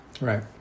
Right